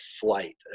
flight